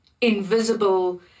invisible